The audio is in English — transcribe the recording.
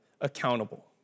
accountable